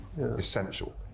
essential